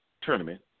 tournament